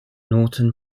norton